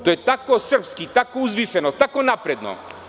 To je tako srpski, tako uzvišeno, tako napredno.